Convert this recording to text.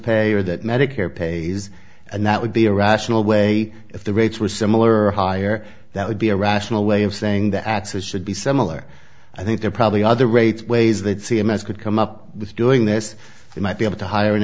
or that medicare pays and that would be a rational way if the rates were similar higher that would be a rational way of saying the access should be similar i think there are probably other rates ways that c m s could come up with doing this they might be able to hire an